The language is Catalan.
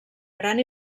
gran